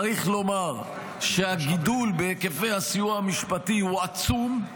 צריך לומר שהגידול בהיקפי הסיוע המשפטי הוא עצום,